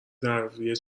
دعاوی